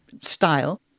style